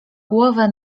głowę